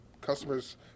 customers